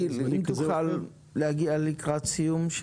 גיל, תוכל להגיע לקראת סיום?